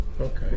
Okay